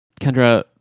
kendra